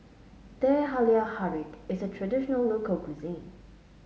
Teh Halia Tarik is a traditional local cuisine